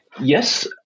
Yes